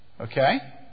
Okay